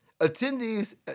Attendees